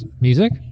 music